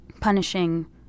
punishing